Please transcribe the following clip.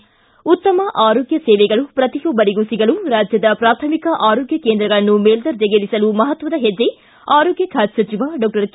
ಿಗಾಲುತ್ತಮ ಆರೋಗ್ಯ ಸೇವೆಗಳು ಪ್ರತಿಯೊಬ್ಬರಿಗೂ ಸಿಗಲು ರಾಜ್ಯದ ಪ್ರಾಥಮಿಕ ಆರೋಗ್ಯ ಕೇಂದ್ರಗಳನ್ನು ಮೇಲ್ವರ್ಜೆಗೇರಿಸಲು ಮಹತ್ವದ ಹೆಜ್ಜೆ ಆರೋಗ್ಯ ಖಾತೆ ಸಚಿವ ಡಾಕ್ಟರ್ ಕೆ